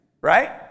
right